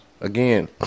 Again